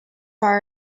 far